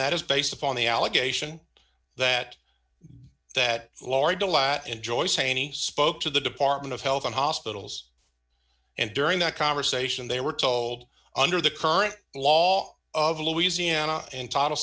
that is based upon the allegation that that florida lat enjoy seine spoke to the department of health and hospitals and during that conversation they were told under the current law of louisiana and title